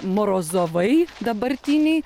morozovai dabartiniai